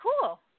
Cool